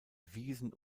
wiesen